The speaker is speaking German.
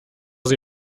sie